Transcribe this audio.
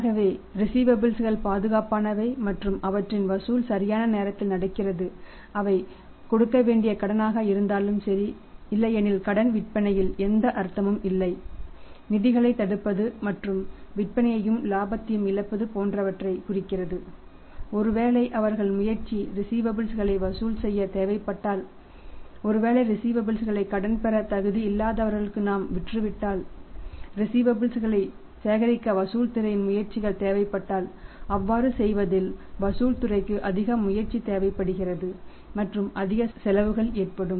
ஆகவே ரிஸீவபல்ஸ் வைகளை சேகரிக்க வசூல்துறையின் முயற்சிகள் தேவைப்பட்டால் அவ்வாறு செய்வதில் வசூல் துறைக்கு அதிக முயற்சி தேவைப்படுகிறது மற்றும் அதிக செலவுகள் ஏற்படும்